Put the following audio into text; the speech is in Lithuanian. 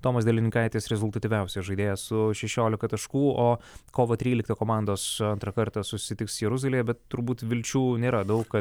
tomas delininkaitis rezultatyviausias žaidėjas su šešiolika taškų o kovo tryliktą komandos antrą kartą susitiks jeruzalėje bet turbūt vilčių nėra daug